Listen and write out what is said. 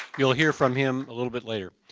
you'll hear from him a little bit later.